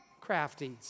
crafty